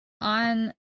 On